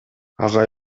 ага